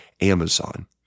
Amazon